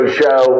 show